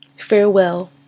Farewell